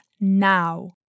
now